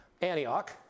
Antioch